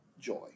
joy